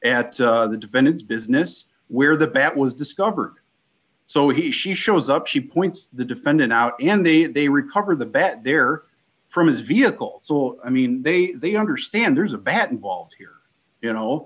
at the defendant's business where the bat was discovered so he she shows up she points the defendant out and then they recover the bat there from his vehicle so i mean they they understand there's a bat involved here you know